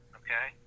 okay